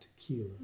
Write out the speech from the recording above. tequila